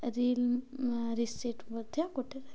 reel receipt ମଧ୍ୟ ଗୋଟେ